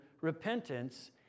repentance